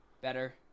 better